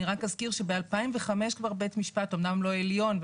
אני רק אזכיר שב-2005 בית משפט אומנם לא העליון,